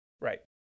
Right